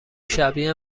شبیه